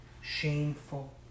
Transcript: shameful